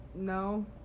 no